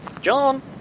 John